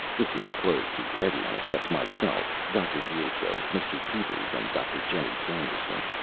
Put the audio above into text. this is closed to everyone except myself, dr. pietro, mr. peters, and dr. jenny sanderson.